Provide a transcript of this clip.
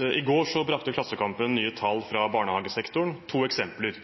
I går brakte Klassekampen nye tall fra barnehagesektoren. To eksempler: